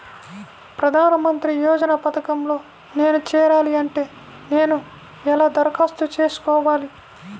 ప్రధాన మంత్రి యోజన పథకంలో నేను చేరాలి అంటే నేను ఎలా దరఖాస్తు చేసుకోవాలి?